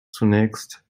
zunächst